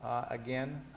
again,